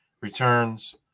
returns